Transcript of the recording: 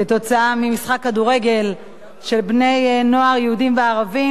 במשחק כדורגל של בני-נוער יהודים וערבים